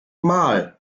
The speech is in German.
mal